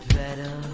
better